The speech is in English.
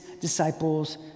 disciples